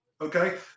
Okay